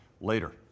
later